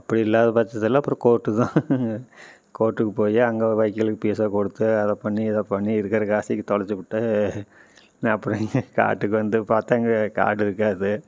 அப்படி இல்லாத பட்சத்தில் அப்பறம் கோர்ட்டு தான் கோர்ட்டுக்கு போய் அங்கே வக்கீலுக்கு ஃபீஸாக கொடுத்து அதை பண்ணி இதை பண்ணி இருக்கிற காசையும் தொலைத்து விட்டு நான் அப்பறம் என் காட்டுக்கு வந்து பார்த்தா அங்கே காடு இருக்காது